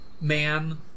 man